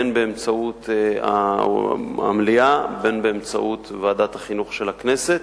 אם באמצעות המליאה ואם באמצעות ועדת החינוך של הכנסת.